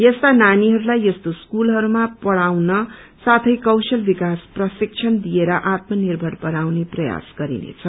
यस्ता नानीहरूलाई यस्तो स्कूलहरूमा पढ़ाउन साथै कौशल विकास प्रशिक्षण दिएर आत्म निर्भर बनाउने प्रयास गरिनेछ